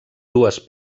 dues